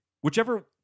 whichever